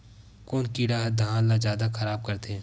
कोन कीड़ा ह धान ल जादा खराब करथे?